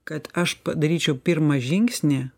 kad aš padaryčiau pirmą žingsnį